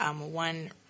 One